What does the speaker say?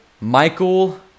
Michael